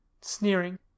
sneering